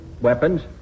weapons